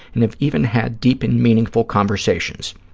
and have even had deep and meaningful conversations.